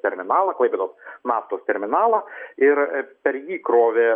terminalą klaipėdos naftos terminalą ir per jį krovė